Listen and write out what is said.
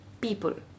people